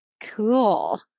Cool